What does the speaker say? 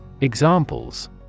Examples